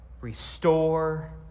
Restore